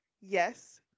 yes